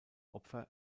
opfer